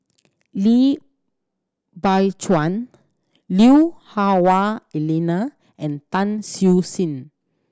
Lim Biow Chuan Lui Hah Wah Elena and Tan Siew Sin